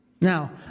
Now